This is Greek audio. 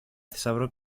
θησαυρό